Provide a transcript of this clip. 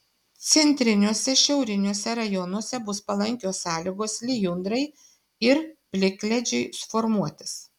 centriniuose šiauriniuose rajonuose bus palankios sąlygos lijundrai ir plikledžiui formuotis